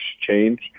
change